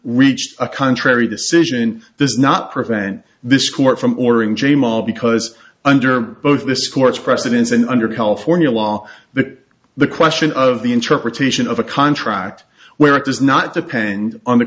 reached a contrary decision does not prevent this court from ordering jayma because under both this court's precedents and under california law that the question of the interpretation of a contract where it does not depend on the